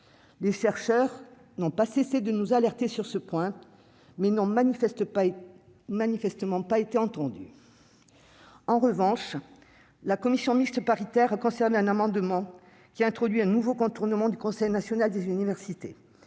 Les chercheurs n'ont pas cessé de nous alerter sur ce point, mais n'ont manifestement pas été entendus. En revanche, la commission mixte paritaire a conservé un amendement permettant un nouveau contournement du Conseil national des universités.